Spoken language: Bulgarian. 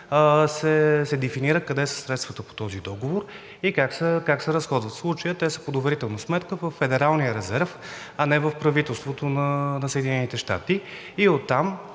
се дефинира къде са средствата по този договор и как се разходват. В случая те са в одобрителна сметка във Федералния резерв, а не в правителството на Съединените щати и оттам